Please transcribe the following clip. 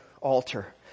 altar